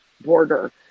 border